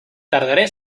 tardaré